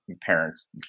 parents